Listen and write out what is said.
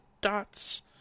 dots